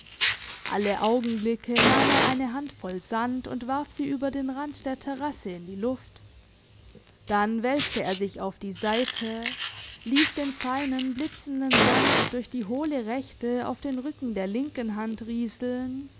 alle augenblicke nahm er eine handvoll sand und warf sie über den rand der terrasse in die luft dann wälzte er sich auf die seite liess den feinen blitzenden sand durch die hohle rechte auf den rücken der linken hand rieseln